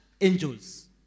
angels